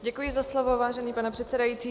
Děkuji za slovo, vážený pane předsedající.